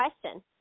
question